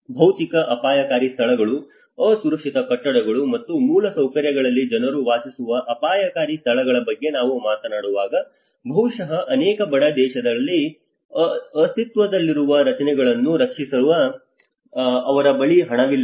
ಭೌತಿಕ ಅಪಾಯಕಾರಿ ಸ್ಥಳಗಳು ಅಸುರಕ್ಷಿತ ಕಟ್ಟಡಗಳು ಮತ್ತು ಮೂಲಸೌಕರ್ಯಗಳಲ್ಲಿ ಜನರು ವಾಸಿಸುವ ಅಪಾಯಕಾರಿ ಸ್ಥಳಗಳ ಬಗ್ಗೆ ನಾವು ಮಾತನಾಡುವಾಗ ಬಹುಶಃ ಅನೇಕ ಬಡ ದೇಶಗಳಲ್ಲಿ ಅಸ್ತಿತ್ವದಲ್ಲಿರುವ ರಚನೆಗಳನ್ನು ರಕ್ಷಿಸಲು ಅವರ ಬಳಿ ಹಣವಿಲ್ಲ